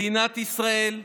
מדינת ישראל,